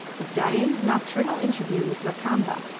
of dain's nocturnal interview with lakamba,